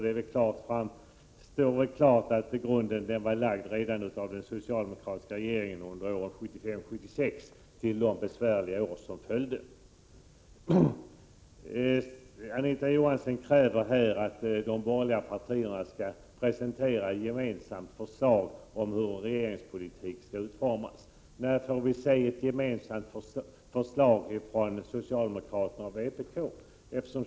Det står väl klart att grunden var lagd av den socialdemokratiska regeringen redan under åren 1975—1976 till de besvärliga år som följde. Anita Johansson kräver att de borgerliga partierna skall presentera ett gemensamt förslag om hur en regeringspolitik skall utformas. När får vi se ett gemensamt förslag från socialdemokraterna och vpk?